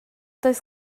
does